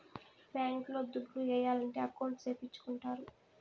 bank లో దుడ్లు ఏయాలంటే అకౌంట్ సేపిచ్చుకుంటారు